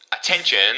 Attention